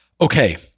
Okay